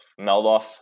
Meldoff